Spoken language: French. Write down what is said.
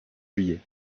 juillet